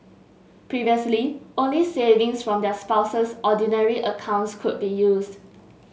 previously only savings from their spouse's Ordinary accounts could be used